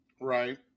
Right